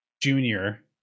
junior